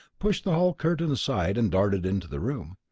pushed the hall curtains aside and darted into the room.